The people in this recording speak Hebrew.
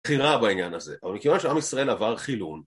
חירה בעניין הזה, אבל מכיוון שעם ישראל עבר חילון